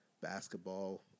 basketball